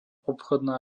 obchodná